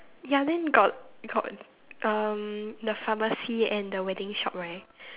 ya then got got um the pharmacy and the wedding shop right